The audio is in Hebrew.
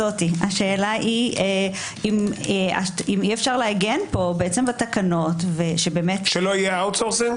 השאלה היא אם אי אפשר לעגן פה בתקנות- - שלא יהיה מיקור חוץ?